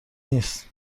نیست